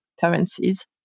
currencies